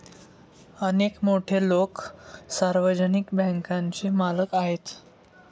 अनेक मोठे लोकं सार्वजनिक बँकांचे मालक आहेत